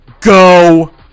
Go